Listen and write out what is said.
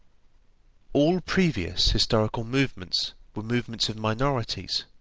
all previous historical movements were movements of minorities,